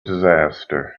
disaster